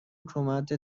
حکومت